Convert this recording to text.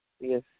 Yes